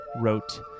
wrote